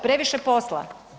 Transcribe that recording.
Previše posla.